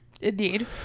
indeed